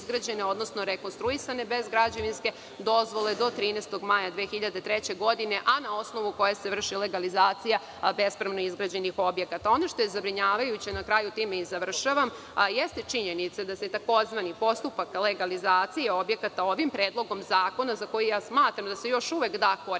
odnosno rekonstruisane bez građevinske dozvole do 13. maja 2003. godine, a na osnovu koje se vrši legalizacija bespravno izgrađenih objekata. Ono što je zabrinjavajuće jeste činjenica da se tzv. postupak legalizacije objekata ovim predlogom zakona, za koji ja smatram da se još uvek da korigovati